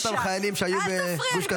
אותם חיילים שהיו בגוש קטיף.